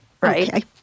Right